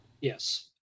Yes